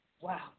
Wow